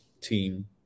team